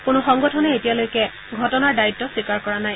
কোনো সংগঠনে এতিয়ালৈকে ঘটনাৰ দায়িত্ব স্বীকাৰ কৰা নাই